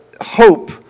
hope